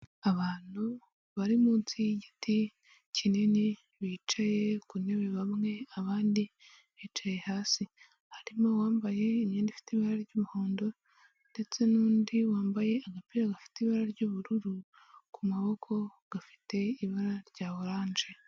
Abantu bari munsi yigiti kinini bicaye ku ntebe bamwe, abandi bicaye hasi. Harimo uwambaye imyenda ifite ibara ry'umuhondo ndetse n'undi wambaye agapira gafite ibara ry'ubururu, ku maboko gafite ibara rya oranje.